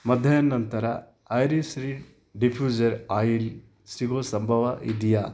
ಮಧ್ಯಾಹ್ನ ನಂತರ iris reed diffuser oil ಸಿಗುವ ಸಂಭವ ಇದೆಯಾ